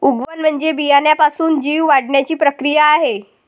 उगवण म्हणजे बियाण्यापासून जीव वाढण्याची प्रक्रिया आहे